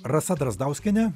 rasa drazdauskienė